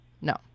No